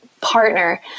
partner